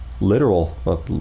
literal